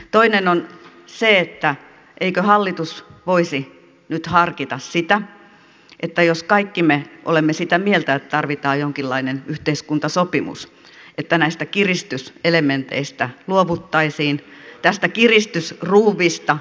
toinen on se eikö hallitus voisi nyt harkita sitä että jos kaikki me olemme sitä mieltä että tarvitaan jonkinlainen yhteiskuntasopimus näistä kiristyselementeistä luovuttaisiin tästä kiristysruuvista luovuttaisiin